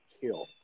kill